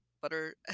butter